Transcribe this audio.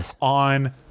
on